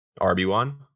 RB1